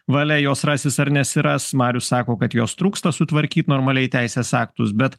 valia jos rasis ar nesiras marius sako kad jos trūksta sutvarkyt normaliai teisės aktus bet